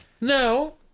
No